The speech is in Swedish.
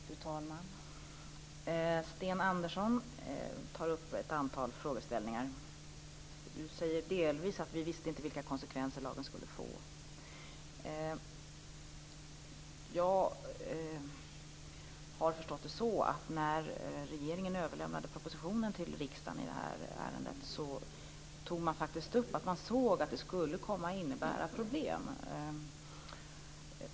Fru talman! Sten Andersson tar upp ett antal frågor. Han säger att man inte visste vilka konsekvenser som lagen skulle få. Såvitt jag har förstått tog regeringen, när man överlämnade propositionen till riksdagen, upp att man förutsåg att lagen skulle komma att innebära problem.